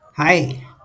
Hi